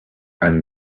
and